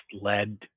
led